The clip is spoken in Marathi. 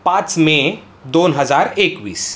पाच मे दोन हजार एकवीस